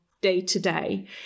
day-to-day